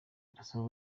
irasaba